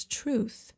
truth